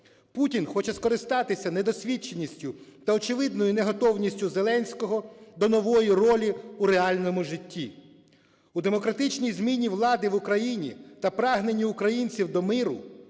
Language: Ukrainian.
Путін хоче скористатися недосвідченістю та очевидною неготовністю Зеленського до нової ролі у реальному житті. У демократичній зміні влади в Україні та прагненні українців до миру